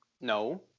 No